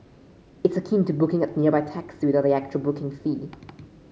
it's akin to booking a nearby taxi without the actual booking fee